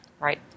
Right